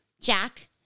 Jack